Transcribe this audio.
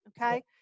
Okay